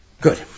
Good